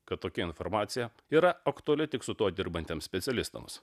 kad tokia informacija yra aktuali tik su tuo dirbantiems specialistams